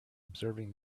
observing